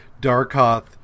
Darkoth